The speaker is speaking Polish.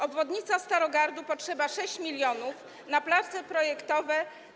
Obwodnica Starogardu - potrzeba 6 mln na prace projektowe.